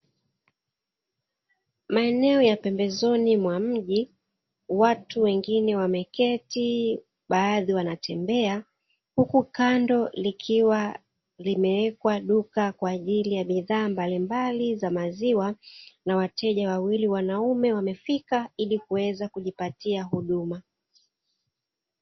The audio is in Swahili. Maeneo ya pembezoni mwa mji watu wengine wameketi baadhi wanatembea, huku kando likiwa limewekwa duka kwaajili ya bidhaa mbalimbali za maziwa na wateja wawili wanaume wamefika ili kuweza kujipatia huduma.